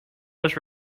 was